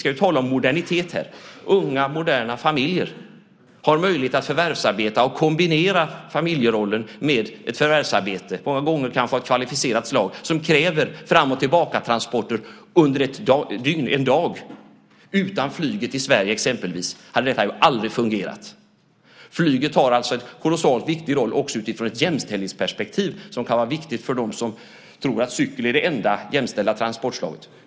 Och på samma sätt har unga och moderna familjer möjlighet att kombinera familj och förvärvsarbete, många gånger kanske av ett kvalificerat slag som kräver fram och tillbakatransporter under en dag. Utan flyget i Sverige hade detta aldrig fungerat. Flyget har alltså en kolossalt viktig roll också utifrån ett jämställdhetsperspektiv som kan vara viktigt för dem som tror att cykeln är det enda jämställda transportslaget.